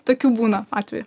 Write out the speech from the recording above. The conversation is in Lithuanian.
tokių būna atvejų